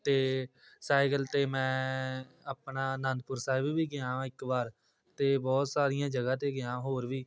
ਅਤੇ ਸਾਇਕਲ 'ਤੇ ਮੈਂ ਆਪਣਾ ਆਨੰਦਪੁਰ ਸਾਹਿਬ ਵੀ ਗਿਆ ਹਾਂ ਇੱਕ ਵਾਰ ਅਤੇ ਬਹੁਤ ਸਾਰੀਆਂ ਜਗ੍ਹਾ 'ਤੇ ਗਿਆ ਹੋਰ ਵੀ